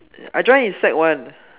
I join in sec one